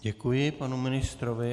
Děkuji, panu ministrovi.